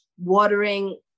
watering